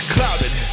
Clouded